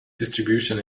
distribution